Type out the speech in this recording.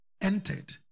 entered